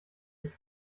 ich